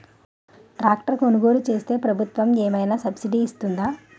Tractor కొనుగోలు చేస్తే ప్రభుత్వం ఏమైనా సబ్సిడీ ఇస్తుందా?